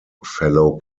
fellow